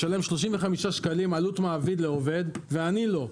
לשלם 35 שקלים עלות מעביד לעובד ואני לא.